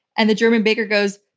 and the german banker goes,